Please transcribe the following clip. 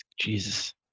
Jesus